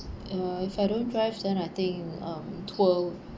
uh if I don't drives then I think um tour